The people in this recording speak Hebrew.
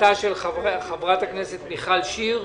זו הצעתה של חברת הכנסת מיכל שיר.